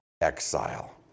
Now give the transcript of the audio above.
exile